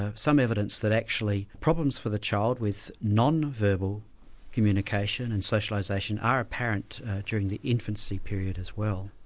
ah some evidence that actually problems for the child with non-verbal communication and socialisation are apparent during the infancy period as well.